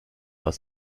aus